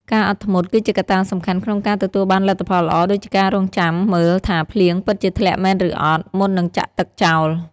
ការអត់ធ្មត់ គឺជាកត្តាសំខាន់ក្នុងការទទួលបានលទ្ធផលល្អ ដូចជាការរង់ចាំមើលថាភ្លៀងពិតជាធ្លាក់មែនឬអត់ មុននឹងចាក់ទឹកចោល។